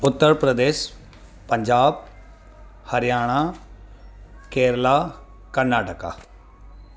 Uttar Pradesh Punjab Haryana Kerala Karnataka